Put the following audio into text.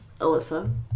Alyssa